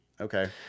Okay